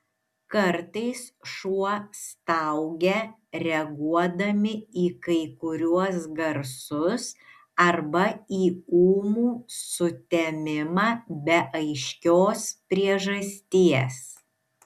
kartais šuo staugia reaguodami į kai kuriuos garsus arba į ūmų sutemimą be aiškios priežasties